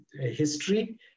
history